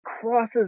crosses